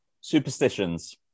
superstitions